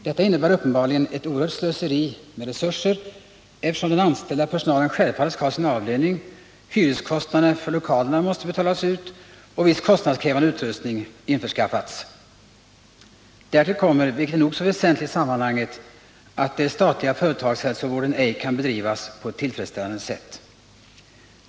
Detta innebär uppenbarligen ett oerhört slöseri med resurser, eftersom den anställda personalen självfallet skall ha sin avlöning. Vidare måste hyrorna för lokalerna betalas, och viss kostnadskrävande utrustning har anskaffats. Därtill kommer, vilket är nog så väsentligt i sammanhanget, att den statliga företagshälsovården ej kan bedrivas på ett tillfredsställande sätt.